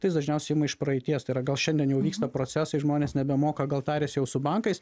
tai jis dažniausiai ima iš praeities tai yra gal šiandien jau vyksta procesai žmonės nebemoka gal tariasi jau su bankais